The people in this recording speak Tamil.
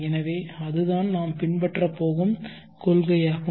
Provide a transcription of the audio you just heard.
எனவே அதுதான் நாம் பின்பற்றப் போகும் கொள்கை ஆகும்